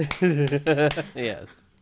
Yes